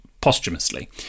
posthumously